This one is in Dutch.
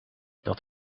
dat